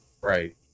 Right